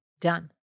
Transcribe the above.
done